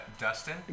Dustin